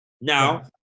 Now